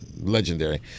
legendary